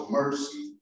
mercy